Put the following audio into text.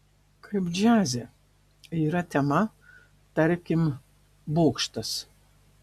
kaip džiaze yra tema tarkim bokštas